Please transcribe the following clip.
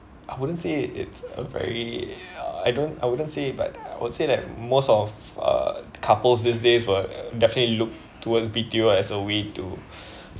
I wouldn't say it's a very I don't I wouldn't say but I would say that most of uh couples these days will definitely look towards B_T_O as a way to